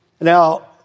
Now